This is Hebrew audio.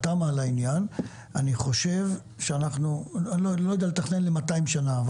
התמ"א לעניין; אני לא יודע לתכנן ל-200 שנה,